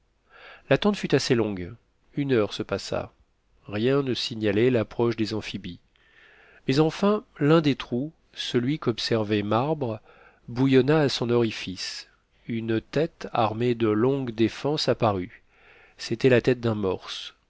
l'attente fut assez longue une heure se passa rien ne signalait l'approche des amphibies mais enfin l'un des trous celui qu'observait marbre bouillonna à son orifice une tête armée de longues défenses apparut c'était la tête